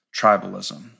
tribalism